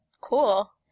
Cool